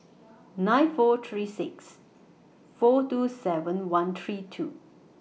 nine four three six four two seven one three two